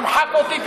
תמחק אותי,